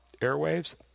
Airwaves